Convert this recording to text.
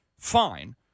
Fine